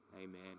Amen